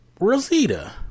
Rosita